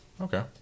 Okay